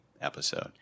episode